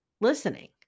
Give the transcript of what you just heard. listening